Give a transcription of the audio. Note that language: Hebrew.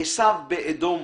עשו באדום,